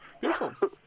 Beautiful